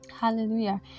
Hallelujah